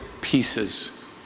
pieces